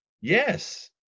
Yes